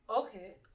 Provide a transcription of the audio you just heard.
okay